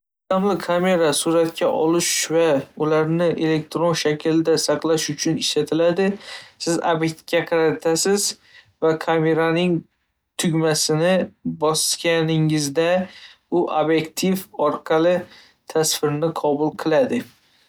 kamera suratga olish va ularni elektron shaklda saqlash uchun ishlatiladi. Siz ob'ektga qaratasiz va kameraning tugmachasini bosganingizda, u ob'ektiv orqali tasvirni qabul qiladi.